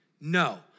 No